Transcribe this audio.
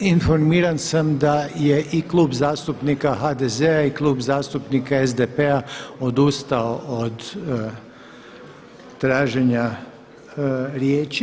Informiran sam da je i Klub zastupnika HDZ-a i Klub zastupnika SDP-a odustao od traženja riječi.